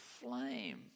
flame